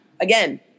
again